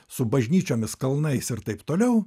su bažnyčiomis kalnais ir taip toliau